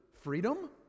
freedom